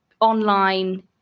online